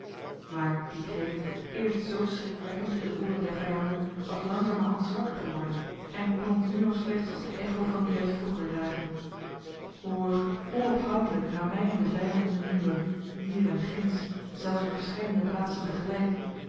maar die kreet eerst zoo schrikwekkend in de ooren der vijanden was langzamerhand zwakker geworden en klonk nu nog slechts als de echo van dien uit vroeger dagen hoor onophoudelijk rammeien de vijanden de muren hier en ginds zelfs op verscheidene plaatsen tegelijk